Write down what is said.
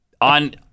On